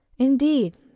Indeed